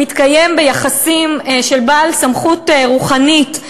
מתקיים ביחסים של בעל סמכות רוחנית,